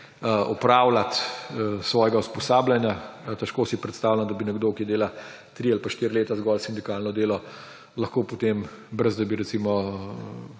opravljati svojega usposabljanja. Težko si predstavljam, da bi nekdo, ki dela tri ali pa štiri leta zgolj sindikalno delo, lahko potem, brez da bi